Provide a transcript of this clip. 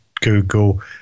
Google